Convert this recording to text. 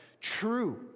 true